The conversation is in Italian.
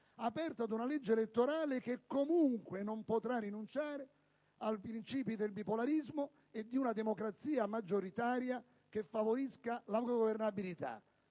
aperto ad una legge elettorale che, comunque, non potrà rinunciare ai principi del bipolarismo e di una democrazia maggioritaria che favorisca la governabilità.